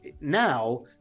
now